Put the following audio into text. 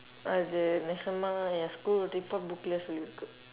uh the national ya school report booklet